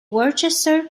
worcester